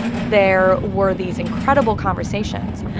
there were these incredible conversations,